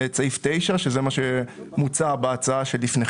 את סעיף 9, שזה מה שמוצע בהצעה שלפניכם.